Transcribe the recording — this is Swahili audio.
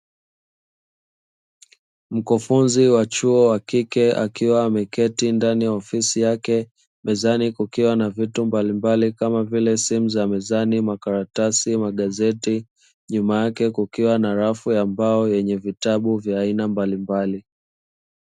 Mkufunzi wa chuo wa kike akiwa ameketi ndani ya ofisi yake, mezani kukiwa na vitu mbalimbali kama vile simu za mezani, makaratasi, magazeti nyuma yake kukiwa na rafu ya mbao yenye vitabu vya aina mbalimbali.